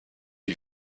you